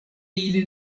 ili